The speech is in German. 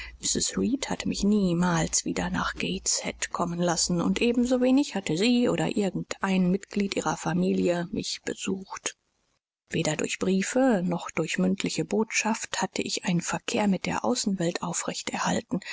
hatte mich niemals wieder nach gateshead kommen lassen und ebensowenig hatte sie oder irgend ein mitglied ihrer familie mich besucht weder durch briefe noch durch mündliche botschaft hatte ich einen verkehr mit der außenwelt aufrecht erhalten